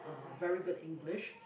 uh very good English